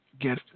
get